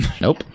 Nope